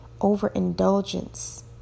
overindulgence